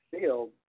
field